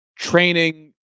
Training